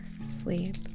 sleep